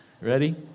ready